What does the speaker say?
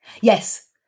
Yes